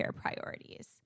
priorities